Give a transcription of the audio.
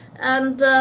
and